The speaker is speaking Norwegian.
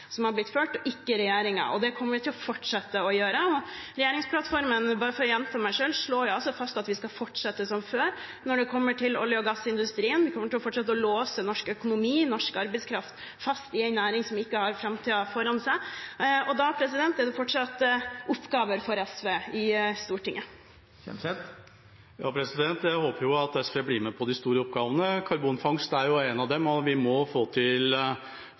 som har blitt ført – ikke regjeringen. Det kommer vi til å fortsette å gjøre. For å gjenta meg selv: Regjeringsplattformen slår fast at vi skal fortsette som før når det kommer til olje- og gassindustrien. Vi kommer til å fortsette å låse norsk økonomi og norsk arbeidskraft fast i en næring som ikke har framtiden foran seg. Da er det fortsatt oppgaver for SV i Stortinget. Jeg håper at SV blir med på de store oppgavene. Karbonfangst er én av dem, og der må vi få til